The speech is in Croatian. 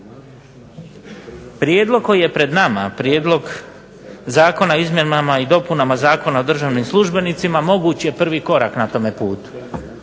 Prijedlog koji je pred nama, Prijedlog zakona o izmjenama i dopunama Zakona o državnim službenicima mogući je prvi korak na tome putu.